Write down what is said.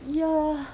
ya